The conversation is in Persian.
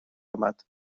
آمد